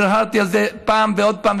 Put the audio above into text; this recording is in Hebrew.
והרהרתי בזה פעם ועוד פעם,